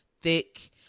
thick